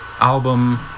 album